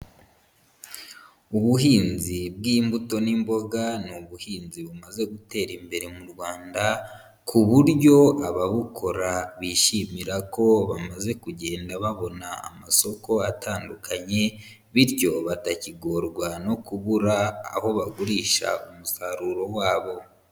Ubuhinzi bw'imbuto n'imboga ni ubuhinzi bumaze gutera imbere mu Rwanda ku buryo ababukora bishimira ko bamaze kugenda babona amasoko atandukanye bityo batakigorwa no kubura aho bagurisha umusaruro wabo.